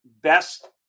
best